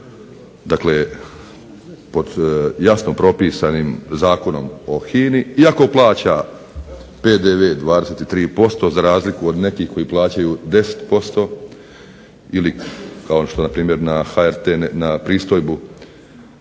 dakle pod jasno propisanim Zakonom o HINA-i, iako plaća PDV 23% za razliku od nekih koji plaćaju 10% ili kao što npr. HRT na pristojbu